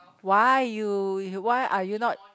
why you you why are you not